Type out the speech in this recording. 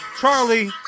Charlie